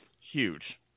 Huge